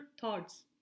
thoughts